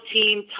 team